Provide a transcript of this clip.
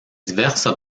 diverses